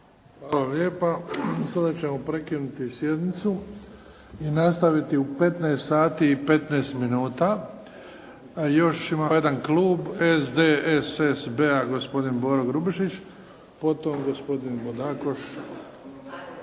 Hvala lijepa. Sada ćemo prekinuti sjednicu i nastaviti u 15,15 sati. Još ima jedan klub, SDSSB-a gospodin Boro Grubišić, potom gospodin …